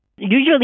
Usually